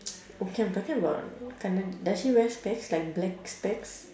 okay I'm talking about ka~ does she wear specs like black specs